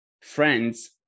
friends